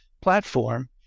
platform